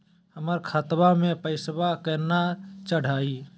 हमर खतवा मे पैसवा केना चढाई?